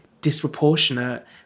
disproportionate